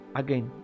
again